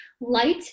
light